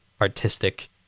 artistic